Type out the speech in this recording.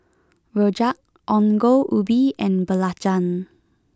Rojak Ongol Ubi and Belacan